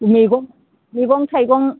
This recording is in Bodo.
मैगं मैगं थाइगं